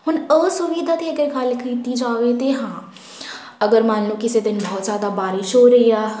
ਹੁਣ ਅਸੁਵਿਧਾ ਦੀ ਅਗਰ ਗੱਲ ਕੀਤੀ ਜਾਵੇ ਤੇ ਹਾਂ ਅਗਰ ਮੰਨ ਲਓ ਕਿਸੇ ਦਿਨ ਬਹੁਤ ਜ਼ਿਆਦਾ ਬਾਰਿਸ਼ ਹੋ ਰਹੀ ਆ